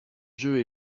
jeu